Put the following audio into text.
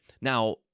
Now